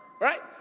right